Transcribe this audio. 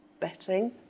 betting